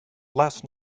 last